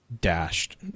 dashed